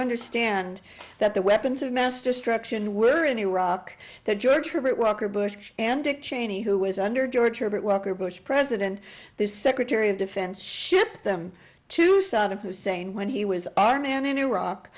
understand that the weapons of mass destruction were in iraq that george herbert walker bush and dick cheney who was under george herbert walker bush president the secretary of defense shipped them to saddam hussein when he was our man in iraq